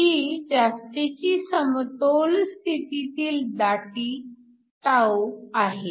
जी जास्तीची समतोल स्थितीतील दाटी て आहे